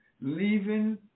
leaving